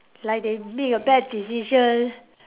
like they make a bad decision